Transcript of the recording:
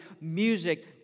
music